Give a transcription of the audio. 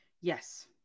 Yes